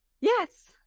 yes